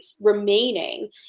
remaining